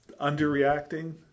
underreacting